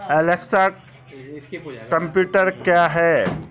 Alexa computer کیا ہے